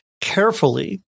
carefully